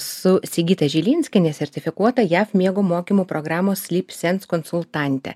su sigita žilinskiene sertifikuota jav miego mokymų programos sleep sense konsultante